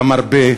למרבה במחיר.